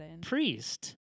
priest